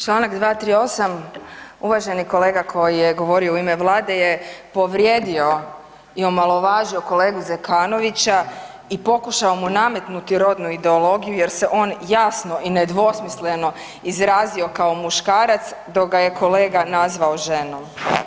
Čl. 238. uvaženi kolega koji je govorio u ime Vlade je povrijedio i omalovažio kolegu Zekanovića i pokušao mu nametnuti rodnu ideologiju jer se on jasno i nedvosmisleno izrazio kao muškarac dok ga je kolega nazvao ženom.